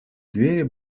двери